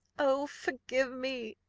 oh, forgive me!